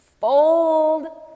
fold